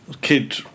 kid